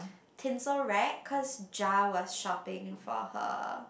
tinsel rack cause jar was shopping for her